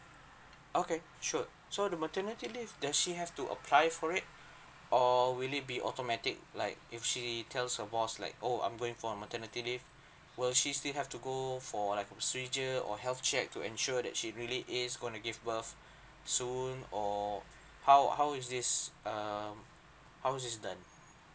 okay sure so the maternity leave does she have to apply for it or will it be automatic like if she tells her boss like oh I'm going for a maternity leave will she still have to go for like a procedure or health check to ensure that she really is going to give birth soon or how how is this um how is this done